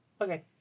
Okay